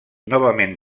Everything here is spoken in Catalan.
novament